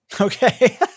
Okay